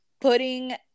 putting